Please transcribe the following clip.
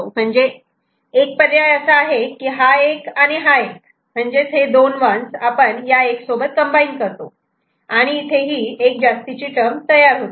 म्हणजे एक पर्याय असा आहे की हा 1 आणि हा 1 हे दोन 1's आपण या 1 सोबत कंबाईन करतोय पण इथे हे एक जास्तीची टर्म तयार होते